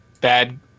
bad